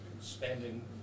spending